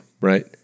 Right